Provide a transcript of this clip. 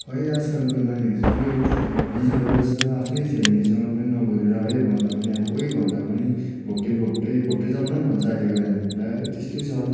खोइ आजकलको नानीहरू चाहिँ त्यही हो फोनमा बिजी भइबस्छ आफ्नै फेमिलीसँग पनि नबोलेर है भन्दा पनि अब ओइ भन्दा पनि घोप्टेको घोप्टै घोप्टे जमाना पनि अहिलेको नानीहरूलाई है त्यस्तै छ